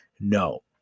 No